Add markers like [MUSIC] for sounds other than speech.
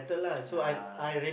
[NOISE] ah